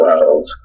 world